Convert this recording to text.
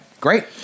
great